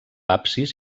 absis